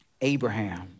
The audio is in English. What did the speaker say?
Abraham